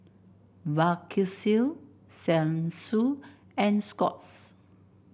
Vagisil Selsun and Scott's